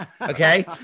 okay